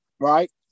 Right